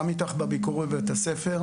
גם איתך בביקור בבית הספר,